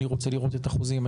אני רוצה לראות את החוזים,